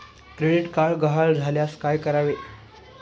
Credit card गहाळ झाल्यास काय करावे?